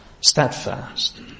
steadfast